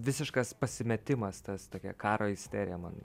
visiškas pasimetimas tas tokia karo isterija man